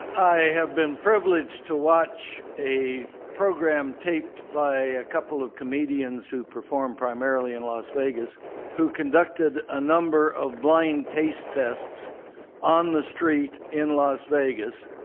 i have been privileged to watch a program taped by a couple of comedians who perform primarily in las vegas who conducted a number of bl ind taste tests on the street in las vegas.